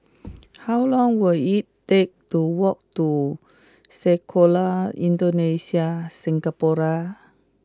how long will it take to walk to Sekolah Indonesia Singapura